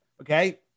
Okay